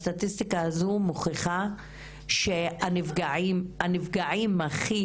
הסטטיסטיקה הזו מוכיחה שהנפגעים הכי